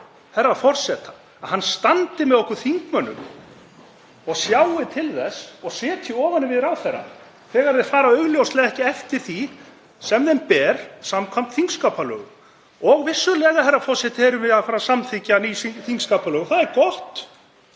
herra forseta, að hann standi með okkur þingmönnum og sjái til þess og setji ofan í við ráðherra þegar þeir fara augljóslega ekki eftir því sem þeim ber samkvæmt þingskapalögum. Vissulega, herra forseti, erum við að fara að samþykkja ný þingskapalög og það er gott.